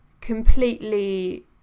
completely